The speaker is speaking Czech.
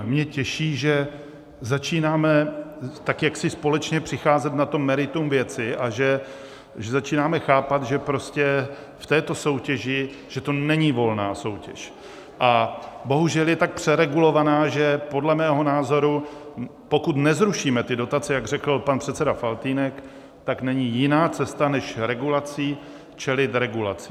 Mě těší, že začínáme společně přicházet na meritum věci a že začínáme chápat, že prostě tato soutěž není volná soutěž, a bohužel je tak přeregulovaná, že podle mého názoru, pokud nezrušíme ty dotace, jak řekl pan předseda Faltýnek, tak není jiná cesta než regulací čelit regulaci.